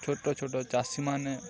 ଛୋଟ ଛୋଟ ଚାଷୀମାନେ